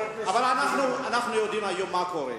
אבל אנחנו יודעים היום מה קורה.